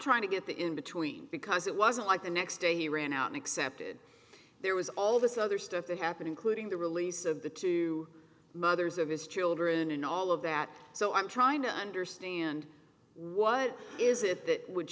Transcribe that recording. trying to get the in between because it wasn't like the next day he ran out an accepted there was all this other stuff they happen including the release of the two mothers of his children and all of that so i'm trying to understand what is it that would